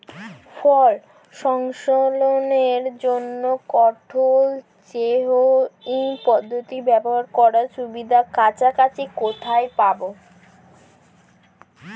ফল সংরক্ষণের জন্য cold chain পদ্ধতি ব্যবহার করার সুবিধা কাছাকাছি কোথায় পাবো?